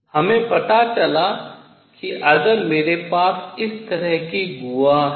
हमें पता चला कि अगर मेरे पास इस तरह की गुहा है